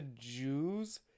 Jews